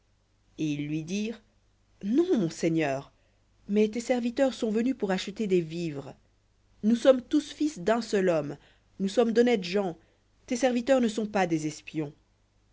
et ils lui dirent non mon seigneur mais tes serviteurs sont venus pour acheter des vivres nous sommes tous fils d'un seul homme nous sommes d'honnêtes gens tes serviteurs ne sont pas des espions